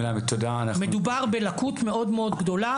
מדובר בלקות מאוד מאוד גדולה,